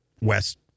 West